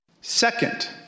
Second